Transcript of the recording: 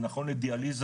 זה נכון לדיאליזה,